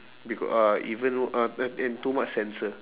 becau~ uh even uh and and too much sensor